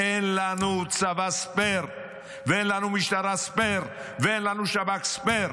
אין לנו צבא ספייר ואין לנו משטרה ספייר ואין לנו שב"כ ספייר.